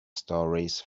stories